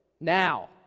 now